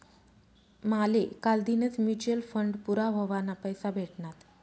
माले कालदीनच mutual fund पूरा व्हवाना पैसा भेटनात